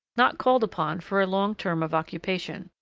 not called upon for a long term of occupation.